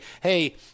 hey